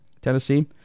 tennessee